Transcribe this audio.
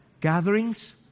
Gatherings